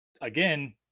again